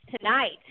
tonight